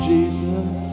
Jesus